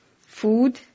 food